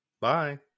Bye